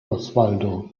osvaldo